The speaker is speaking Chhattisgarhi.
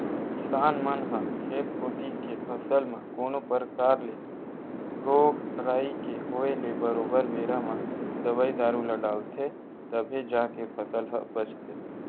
किसान मन ह खेत कोती के फसल म कोनो परकार ले रोग राई के होय ले बरोबर बेरा म दवई दारू ल डालथे तभे जाके फसल ह बचथे